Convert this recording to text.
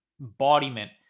embodiment